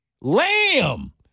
lamb